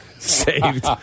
saved